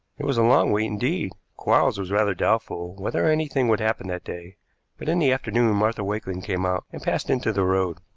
it was a long wait indeed, quarles was rather doubtful whether anything would happen that day but in the afternoon martha wakeling came out and passed into the road.